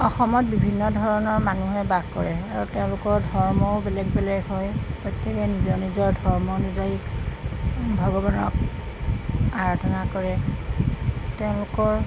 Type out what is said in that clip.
অসমত বিভিন্ন ধৰণৰ মানুহে বাস কৰে আৰু তেওঁলোকৰ ধৰ্মও বেলেগ বেলেগ হয় প্ৰত্যেকেই নিজৰ নিজৰ ধৰ্ম নিজৰেই ভগৱানক আৰাধনা কৰে তেওঁলোকৰ